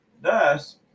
Thus